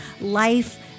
life